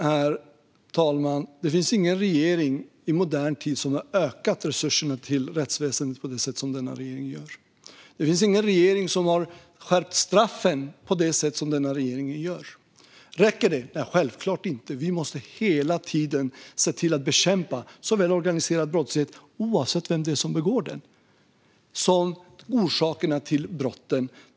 Herr talman! Ingen regering i modern tid har ökat resurserna till rättsväsendet på det sätt som denna regering gör. Ingen regering har skärpt straffen på det sätt som denna regering gör. Räcker detta? Nej, självklart inte. Vi måste hela tiden se till att bekämpa såväl organiserad brottslighet, oavsett vem som begår den, som orsakerna till brotten.